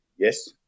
Yes